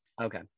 Okay